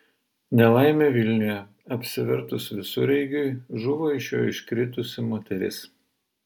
nelaimė vilniuje apsivertus visureigiui žuvo iš jo iškritusi moteris